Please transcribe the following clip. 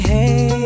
Hey